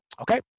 okay